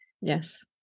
yes